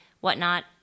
whatnot